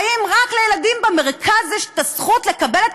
האם רק לילדים במרכז יש הזכות לקבל את